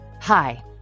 Hi